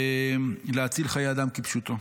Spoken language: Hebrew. ולהציל חיי אדם, כפשוטו.